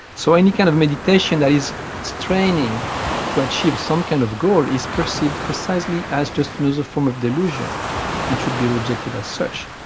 so any kind of meditation that is straining to achieve some kind of goal is perceived precisely as just another form of delusion and should be rejected as such,